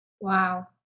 Wow